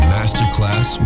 Masterclass